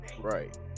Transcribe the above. Right